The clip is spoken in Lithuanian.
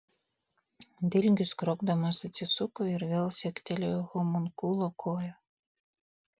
dilgius kriokdamas atsisuko ir vėl siektelėjo homunkulo kojų